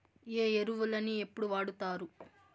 ఏ ఎరువులని ఎప్పుడు వాడుతారు?